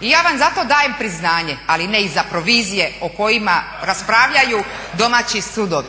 i ja vam zato dajem priznanje, ali ne i za provizije o kojima raspravljaju domaći sudovi.